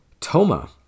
Toma